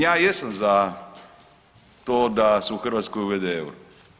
Ja jesam za to da se u Hrvatsku uvede euro.